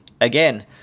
Again